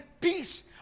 peace